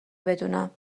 بدونم